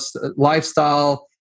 lifestyle